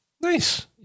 Nice